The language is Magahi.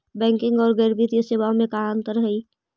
बैंकिंग और गैर बैंकिंग वित्तीय सेवाओं में का अंतर हइ?